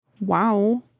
Wow